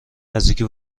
نزدیکی